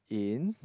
in